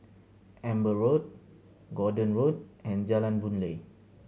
Amber Road Gordon Road and Jalan Boon Lay